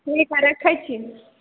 ठीक हय रखै छी